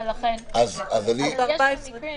אבל יש מקרים